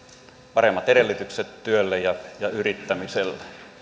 paremmat edellytykset työlle ja yrittämiselle